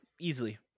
Easily